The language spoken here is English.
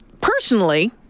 personally